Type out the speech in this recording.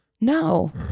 No